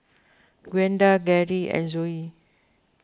Gwenda Gerri and Zoie